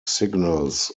signals